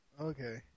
Okay